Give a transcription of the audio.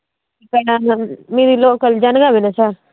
మీరు లోకల్ జనగామానా సార్